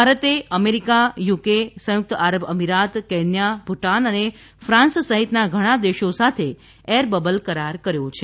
ભારતે America UK સંયુકત આરબ અમીરાત કેન્યા ભુટાન અને ફાન્સ સહિતના ઘણા દેશો સાથે એર બબલ કરાર કર્યો છે